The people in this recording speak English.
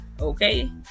okay